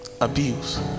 abuse